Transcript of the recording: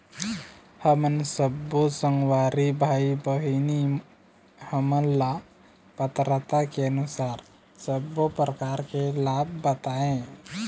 हमन सब्बो संगवारी भाई बहिनी हमन ला पात्रता के अनुसार सब्बो प्रकार के लाभ बताए?